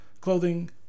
clothing